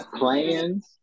plans